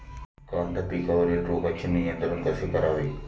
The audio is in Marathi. कांदा पिकावरील रोगांचे नियंत्रण कसे करावे?